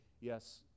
yes